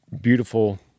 beautiful